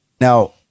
Now